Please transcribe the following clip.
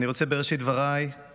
בראשית דבריי אני